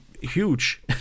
huge